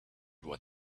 what